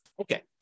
okay